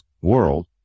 world